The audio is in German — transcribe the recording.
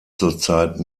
zurzeit